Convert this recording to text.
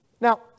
Now